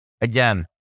Again